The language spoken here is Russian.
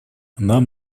нам